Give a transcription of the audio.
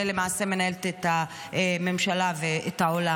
שלמעשה מנהלת את הממשלה ואת העולם,